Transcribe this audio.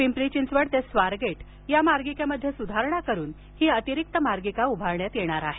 पिंपरी चिंचवड ते स्वारगेट या मार्गिकेमध्ये सुधारणा करून ही अतिरिक्त मार्गिका उभारण्यात येईल